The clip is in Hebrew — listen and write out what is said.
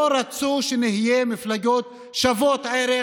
לא רצו שנהיה מפלגות שוות ערך